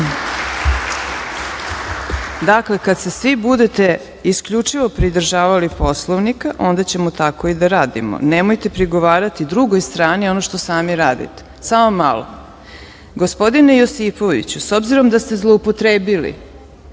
Dakle, kada se svi budete isključivo pridržavali Poslovnika, onda ćemo tako i da radimo. Nemojte prigovarati drugoj strani ono što sami radite. Gospodine Josifoviću, s obzirom da ste zloupotrebili